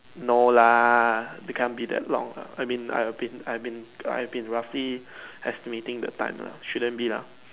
no lah it can't be that long I mean I've been I've been I've been roughly estimating the time lah shouldn't be lah